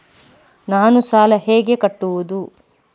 ನಾನು ಸಾಲ ಹೇಗೆ ಕಟ್ಟುವುದು?